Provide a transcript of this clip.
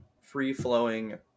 free-flowing